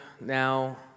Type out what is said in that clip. now